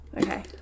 Okay